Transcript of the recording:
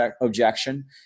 objection